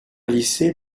glissé